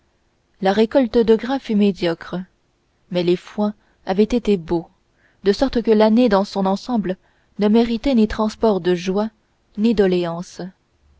la récolte de grain fut médiocre mais les foins avaient été beaux de sorte que l'année dans son ensemble ne méritait ni transports de joie ni doléances